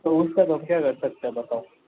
तो उसका अब हम क्या कर सकते है बाताओ